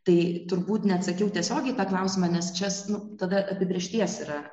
tai turbūt neatsakiau tiesiogiai į tą klausimą nes čia nu tada apibrėžties yra